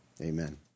Amen